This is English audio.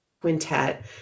quintet